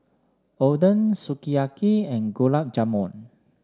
Oden Sukiyaki and Gulab Jamun